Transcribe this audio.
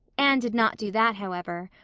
anne did not do that, however,